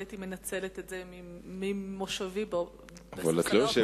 אז הייתי מנצלת את זה ממושבי בספסלי האופוזיציה,